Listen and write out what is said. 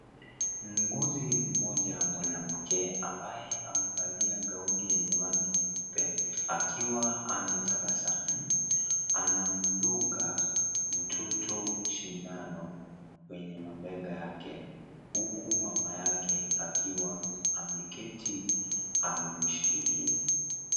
Muuguzi moja mwanamke, ambaye amevalia gauni yenye rangi meupe akiwa ametabasamu, anamdunga mtoto sindano kwenye mabega yake huku mama yake akiwa ameketi anamshikilia.